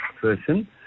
person